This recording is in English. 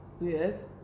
Yes